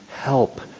help